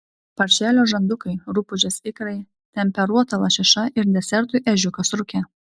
paršelio žandukai rupūžės ikrai temperuota lašiša ir desertui ežiukas rūke